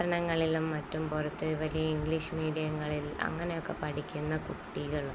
പട്ടണങ്ങളിലും മറ്റും പുറത്ത് ഈ വലിയ ഇംഗ്ലീഷ് മീഡിയങ്ങളിൽ അങ്ങനെയൊക്കെ പഠിക്കുന്ന കുട്ടികളും